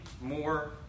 more